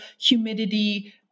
humidity